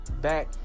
back